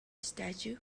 statue